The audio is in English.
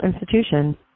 Institution